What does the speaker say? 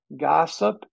gossip